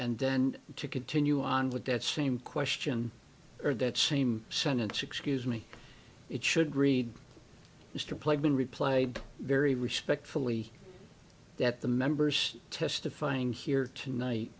and then to continue on with that same question or that same sentence excuse me it should read mr played been reply very respectfully that the members testifying here tonight